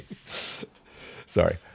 Sorry